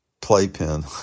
playpen